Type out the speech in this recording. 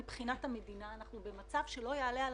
מבחינת המדינה אנחנו במצב שלא יעלה על